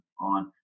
on